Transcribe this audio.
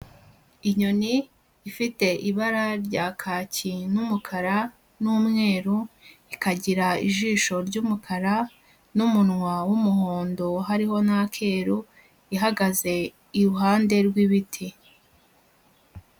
Inyoni ifite ibara rya kaki n'umukara n'umweru, ikagira ijisho ry'umukara n'umunwa w'umuhondo hariho n'akeru, ihagaze iruhande rw'ibiti.